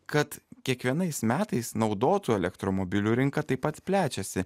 kad kiekvienais metais naudotų elektromobilių rinka taip pat plečiasi